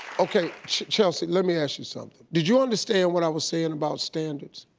okay chelsea, let me ask you something. did you understand what i was saying about standards?